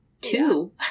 Two